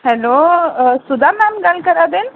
hello Sudha ma'am गल्ल करै दे न